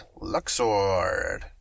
Luxord